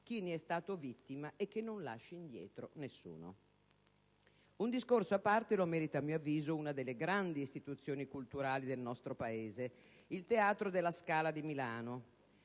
chi ne è stato vittima e non lasci indietro nessuno. Un discorso a parte merita - a mio avviso - una delle grandi istituzioni culturali del nostro Paese, il Teatro alla Scala di Milano.